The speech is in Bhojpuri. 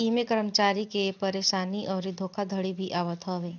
इमें कर्मचारी के परेशानी अउरी धोखाधड़ी भी आवत हवे